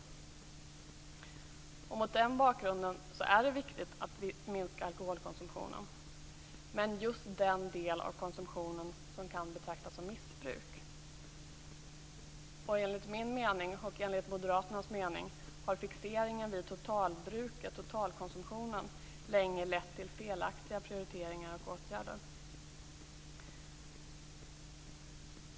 Det är mot den bakgrunden viktigt att minska alkoholkonsumtionen, men just den del av konsumtionen som kan betraktas som missbruk. Enligt min och moderaternas mening har fixeringen vid totalbruket länge lett till felaktiga prioriteringar och åtgärder.